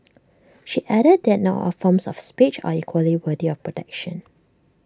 she added that not all forms of speech are equally worthy of protection